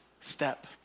step